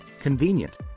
convenient